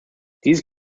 dieses